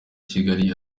kigali